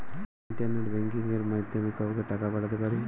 আমি কি internet banking এর মাধ্যমে কাওকে টাকা পাঠাতে পারি?